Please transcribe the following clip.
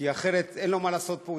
כי אחרת אין לו מה לעשות פה,